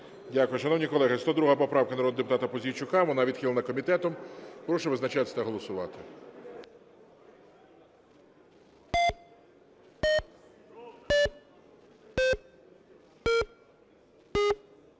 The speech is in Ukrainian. Дякую. Шановні колеги, 102 поправка народного депутата Пузійчука. Вона відхилена комітетом. Прошу визначатись та голосувати.